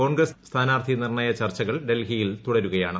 കോൺഗ്രസ് സ്ഥാനാർത്ഥി നിർണയ ചർച്ചകൾ ഡൽഹിയിൽ തുടരുകയാണ്